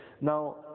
now